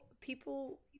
people